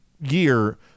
year